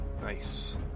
Nice